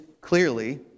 clearly